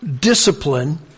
discipline